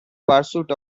pursuit